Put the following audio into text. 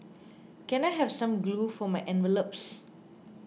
can I have some glue for my envelopes